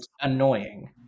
annoying